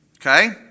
Okay